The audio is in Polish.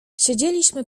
siedzieliśmy